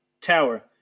Tower